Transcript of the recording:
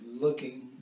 looking